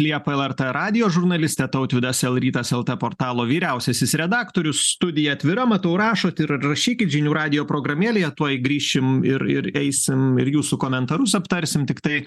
liepa lrt radijo žurnalistė tautvydas el rytas lt portalo vyriausiasis redaktorius studija atvira matau rašot ir rašykit žinių radijo programėlėje tuoj grįšim ir ir eisim ir jūsų komentarus aptarsim tiktai